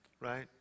Right